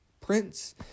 prints